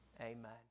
Amen